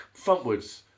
frontwards